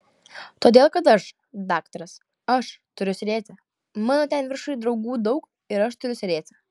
todėl kad aš daktaras aš turiu sėdėti mano ten viršuj draugų daug ir aš turiu sėdėti